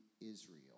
Israel